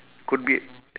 could be